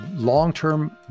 long-term